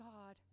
God